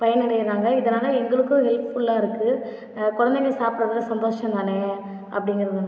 பயனடைகிறாங்க இதனால் எங்களுக்கும் ஹெல்ப்ஃபுல்லாக இருக்குது குழந்தைங்கள் சாப்பிடுறது சந்தோஷம் தானே அப்படிங்கிறது